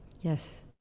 Yes